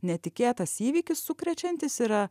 netikėtas įvykis sukrečiantis yra